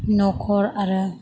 न'खर आरो